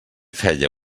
feia